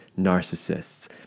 narcissists